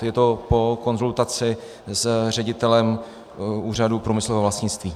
Je to po konzultaci s ředitelem Úřadu průmyslového vlastnictví.